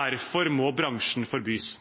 Derfor må bransjen forbys.